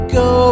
go